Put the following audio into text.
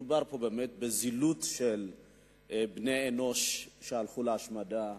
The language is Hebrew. מדובר פה באמת בזילות של בני-אנוש שהלכו להשמדה,